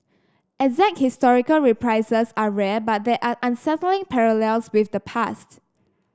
exact historical reprises are rare but there are unsettling parallels with the past